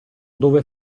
dove